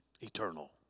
eternal